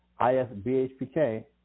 isbhpk